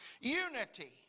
Unity